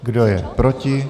Kdo je proti?